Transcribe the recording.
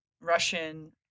Russian